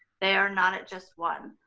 they are not at just one.